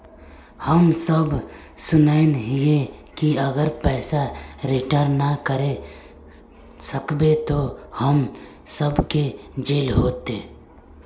हम सब सुनैय हिये की अगर पैसा रिटर्न ना करे सकबे तो हम सब के जेल होते?